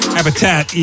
Habitat